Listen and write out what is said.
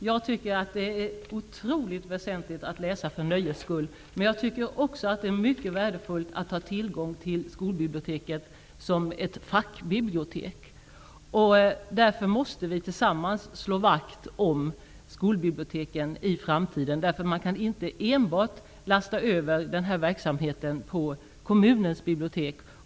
Herr talman! Det är otroligt väsentligt att läsa för nöjets skull. Men det är också mycket värdefullt att ha tillgång till skolbiblioteket som ett fackbibliotek. Därför måste vi tillsammans slå vakt om skolbiblioteken i framtiden. Man kan inte enbart lasta över denna verksamhet på kommunens bibliotek.